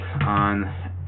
on